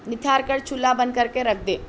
نتھار کر چولہا بند کر کے رکھ دے